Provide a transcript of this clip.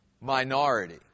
minority